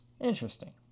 Interesting